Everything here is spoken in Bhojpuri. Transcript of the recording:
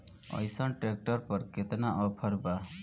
अइसन ट्रैक्टर पर केतना ऑफर बा?